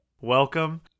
Welcome